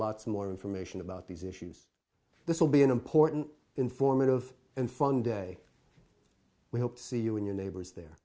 lots more information about these issues this will be an important informative and fun day we hope to see you in your neighbors there